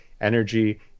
energy